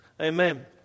Amen